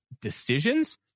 decisions